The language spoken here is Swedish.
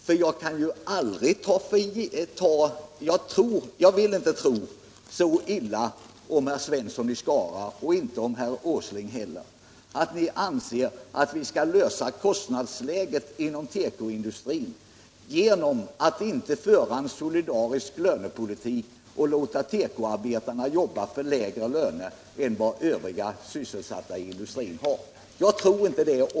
För jag vill inte tro så illa om herr Svensson och inte heller om herr Åsling som att ni anser att vi skall lösa problemen med kostnadsläget inom tekoindustrin genom att inte föra en solidarisk lönepolitik och genom att låta tekoarbetarna jobba för lägre löner än övriga sysselsatta inom industrin.